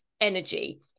energy